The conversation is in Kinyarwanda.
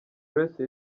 grace